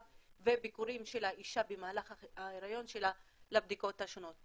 וביקורים של האישה במהלך ההיריון שלה לבדיקות השונות.